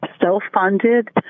self-funded